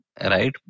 Right